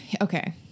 okay